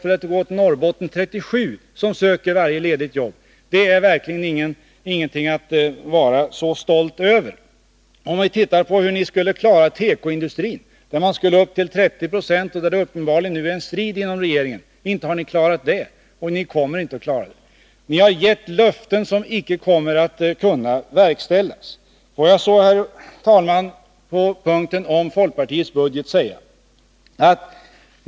För att återgå till Norrbotten så är det 37 sökande på varje ledigt jobb. Det är verkligen inget att vara särskilt stolt över. Om man ser på hur ni skulle klara tekoindustrin — det skulle ju vara upp till 30 20 självförsörjning, men uppenbarligen har det uppstått en strid inom regeringen på den punkten — finner man att ni inte har klarat det målet. Ni kommer heller inte att klara det. Ni har avgett löften som icke kommer att kunna uppfyllas. Får jag så, herr talman, beträffande folkpartiets budget säga följande.